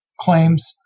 claims